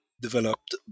developed